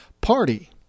party